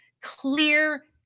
clear